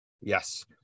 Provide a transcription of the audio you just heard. Yes